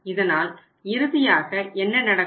இதனால் இறுதியாக என்ன நடக்கும்